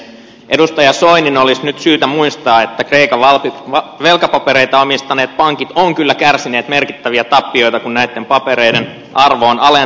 edustaja soinin olisi nyt syytä muistaa että kreikan velkapapereita omistaneet pankit ovat kyllä kärsineet merkittäviä tappioita kun näitten papereiden arvo on alentunut